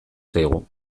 zaigu